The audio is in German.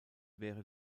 wäre